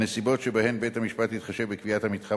הנסיבות שבהן בית-המשפט יתחשב בקביעת המתחם